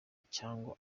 cyangwa